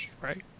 right